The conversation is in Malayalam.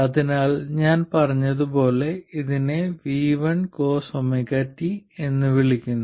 അതിനാൽ ഞാൻ പറഞ്ഞതുപോലെ ഞാൻ ഇതിനെ vi cosωt എന്ന് വിളിക്കുന്നു